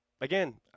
again